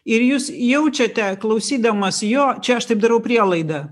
ir jūs jaučiate klausydamas jo čia aš taip darau prielaidą